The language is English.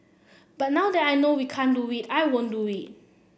but now that I know we can't do it I won't do it